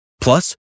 Plus